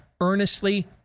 earnestly